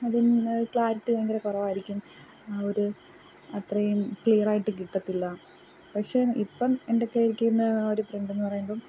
അതിന്ന് ക്ലാരിറ്റി ഭയങ്കര കുറവായിരിക്കും ആ ഒരു അത്രയും ക്ലിയറായിട്ട് കിട്ടത്തില്ല പക്ഷേ ഇപ്പം എൻ്റെയൊക്കെ എനിക്ക് ഇന്ന് ആ ഒരു പ്രിന്റെന്ന് പറയുമ്പം